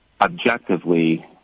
objectively